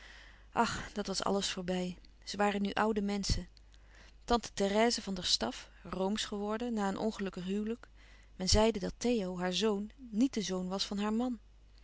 ach dat was alles voorbij ze waren nu oude menschen tante therèse van der staff roomsch geworden na een ongelukkig huwelijk men zeide dat theo haar zoon niet de zoon was van haar man